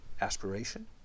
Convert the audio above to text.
aspiration